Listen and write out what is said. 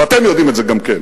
ואתם יודעים את זה גם כן.